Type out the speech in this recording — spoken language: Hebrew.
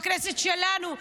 בכנסת שלנו,